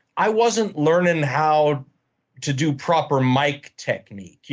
i wasn't learning how to do proper mike technique.